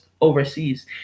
overseas